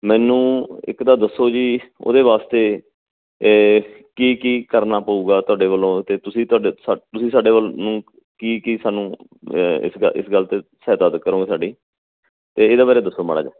ਮੈਨੂੰ ਇੱਕ ਤਾਂ ਦੱਸੋ ਜੀ ਉਹਦੇ ਵਾਸਤੇ ਕੀ ਕੀ ਕਰਨਾ ਪਊਗਾ ਤੁਹਾਡੇ ਵੱਲੋਂ ਅਤੇ ਤੁਸੀਂ ਤੁਹਾਡੇ ਸਾਡੇ ਤੁਸੀਂ ਸਾਡੇ ਵੱਲ ਨੂੰ ਕੀ ਕੀ ਸਾਨੂੰ ਇਸ ਗੱਲ ਇਸ ਗੱਲ 'ਤੇ ਸਹਾਇਤਾ ਕਰੋਂਗੇ ਸਾਡੀ ਅਤੇ ਇਹਦੇ ਬਾਰੇ ਦੱਸੋ ਮਾੜਾ ਜਿਹਾ